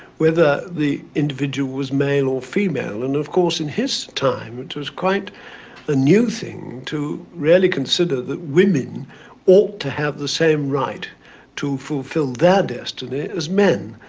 whether the individual was male or female. and, of course, in his time it was quite a new thing to really consider that women ought to have the same right to fulfill their destiny as men.